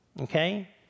okay